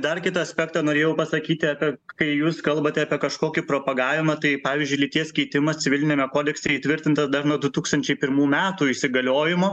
dar kitą aspektą norėjau pasakyti apie kai jūs kalbate apie kažkokį propagavimą tai pavyzdžiui lyties keitimas civiliniame kodekse įtvirtintas dar nuo du tūkstančiai pirmų metų įsigaliojimo